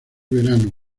verano